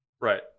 right